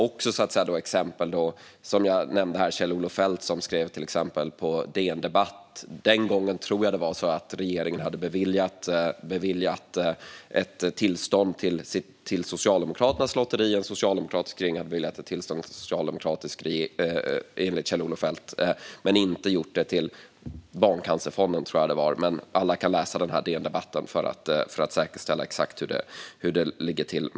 Ett exempel är som sagt den artikel Kjell-Olof Feldt skrev på DN Debatt. Jag tror det var så att en socialdemokratisk regering gav ett socialdemokratiskt lotteri tillstånd men inte Barncancerfonden. Alla kan läsa artikeln för att se exakt hur det låg till.